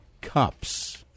cups